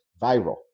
viral